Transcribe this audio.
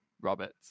Roberts